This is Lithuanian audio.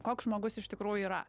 koks žmogus iš tikrųjų yra